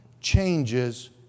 changes